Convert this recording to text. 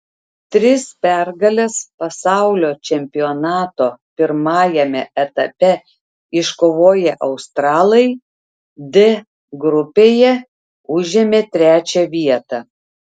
tris pergales pasaulio čempionato pirmajame etape iškovoję australai d grupėje užėmė trečią vietą